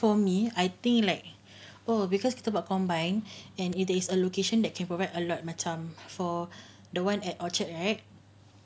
for me I think like oh because kita buat combine and it is a location that can provide a lot macam for the one at orchard right